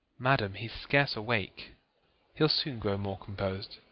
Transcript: madam he's scarce awake he'u soon grow more compos'd.